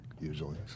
usually